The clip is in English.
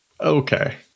Okay